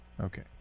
Okay